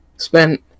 Spent